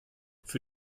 für